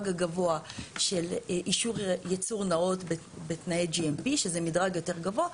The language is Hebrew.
הגבוה של אישור ייצור נאות בתנאיGMP שזה מדרג יותר גבוה,